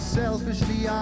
selfishly